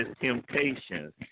temptations